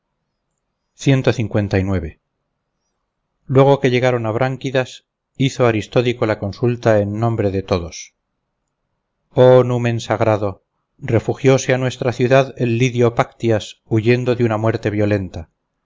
luego que llegaron a branchidas hizo aristódico la consulta en nombre de todos oh numen sagrado refugióse a nuestra ciudad el lidio páctyas huyendo de una muerte violenta